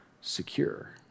secure